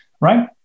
Right